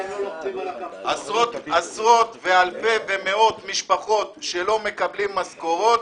המשמעות היא שעשרות ואלפי ומאות משפחות לא מקבלים משכורות.